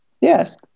Yes